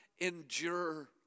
endure